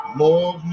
more